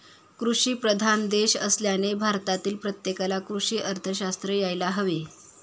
कृषीप्रधान देश असल्याने भारतातील प्रत्येकाला कृषी अर्थशास्त्र यायला हवे